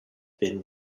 been